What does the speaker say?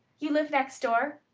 you live next door?